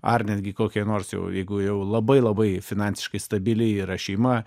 ar netgi kokiai nors jau jeigu jau labai labai finansiškai stabili yra šeima